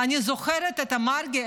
אני זוכרת את מרגי,